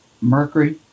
mercury